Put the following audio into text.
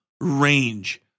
range